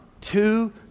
two